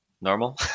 normal